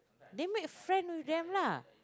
then make friend with them lah